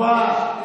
טובה,